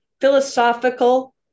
philosophical